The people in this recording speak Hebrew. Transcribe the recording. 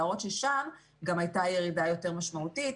להראות ששם גם הייתה ירידה מאוד משמעותית.